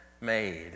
made